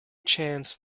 chance